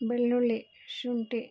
ಬೆಳ್ಳುಳ್ಳಿ ಶುಂಠಿ